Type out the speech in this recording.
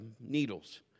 needles